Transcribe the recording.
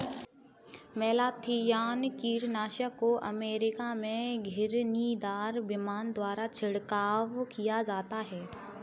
malathion कीटनाशक को America में घिरनीदार विमान द्वारा छिड़काव किया जाता है